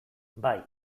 bai